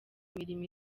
mirimo